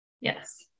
Yes